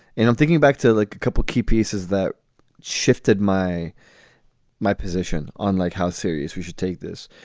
and i'm thinking back to like a couple of key pieces that shifted my my position on like how serious we should take this.